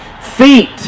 feet